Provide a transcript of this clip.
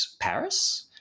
Paris